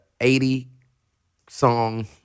80-song